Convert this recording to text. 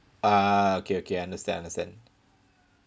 ah okay okay I understand understand